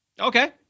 Okay